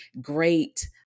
great